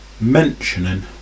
mentioning